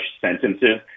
sentences